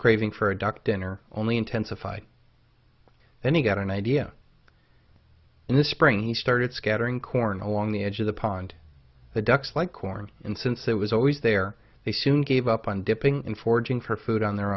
craving for a duck dinner only intensified then he got an idea in the spring he started scattering corn along the edge of the pond the ducks like corn and since it was always there they soon gave up on dipping in forging for food on their